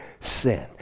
sin